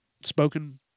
Spoken